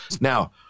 Now